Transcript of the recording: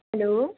hello